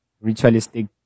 ritualistic